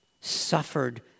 Suffered